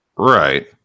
Right